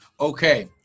Okay